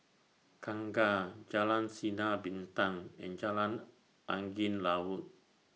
Kangkar Jalan Sinar Bintang and Jalan Angin Laut